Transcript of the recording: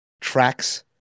tracks